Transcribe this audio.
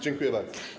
Dziękuję bardzo.